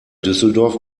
düsseldorf